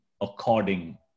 according